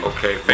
Okay